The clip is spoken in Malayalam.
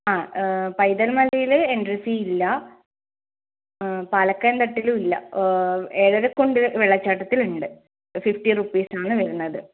ആ പൈതൽ മലയിൽ എൻട്രി ഫീ ഇല്ല പാലക്കയം തട്ടിലും ഇല്ല ഏഴര കുണ്ട് വെള്ളച്ചാട്ടത്തിലുണ്ട് ഫിഫ്റ്റി റുപ്പീസ് ആണ് വരുന്നത്